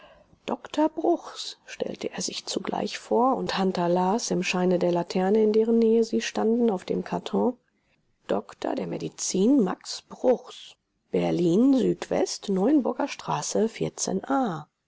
doktor bruchs stellte er sich zugleich vor und hunter las im scheine der laterne in deren nähe sie standen auf dem karton dr med max bruchs berlin sw neuenburger straße